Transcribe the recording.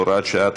הוראת שעה),